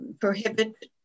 prohibit